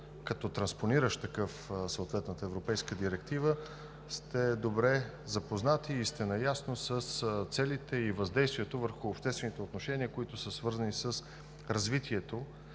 като транспониращ такъв съответната европейска директива, сте добре запознати и сте наясно с целите и въздействието върху обществените отношения, които са свързани с развитието